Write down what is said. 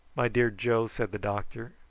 my dear joe, said the doctor,